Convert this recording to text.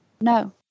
No